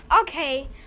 Okay